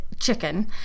chicken